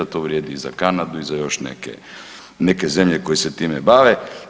To vrijedi i za Kanadu i za još neke zemlje koje se time bave.